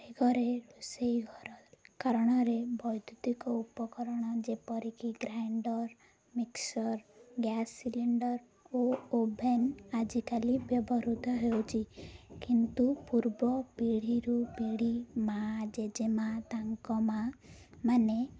ଘରେ ରୋଷେଇ ଘର କାରଣରେ ବୈଦ୍ୟୁତିକ ଉପକରଣ ଯେପରିକି ଗ୍ରାଇଣ୍ଡର୍ ମିକ୍ସର୍ ଗ୍ୟାସ୍ ସିଲିଣ୍ଡର୍ ଓ ଓଭେନ୍ ଆଜିକାଲି ବ୍ୟବହୃତ ହେଉଛି କିନ୍ତୁ ପୂର୍ବ ପିଢ଼ିରୁ ପିଢ଼ି ମା' ଜେଜେ ମା' ତାଙ୍କ ମା' ମାନେ